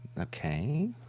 Okay